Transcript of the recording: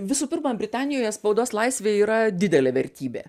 visų pirma britanijoje spaudos laisvė yra didelė vertybė